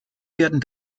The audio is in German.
werden